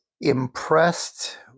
impressed